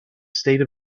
state